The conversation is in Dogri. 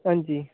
हां जी